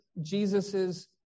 Jesus's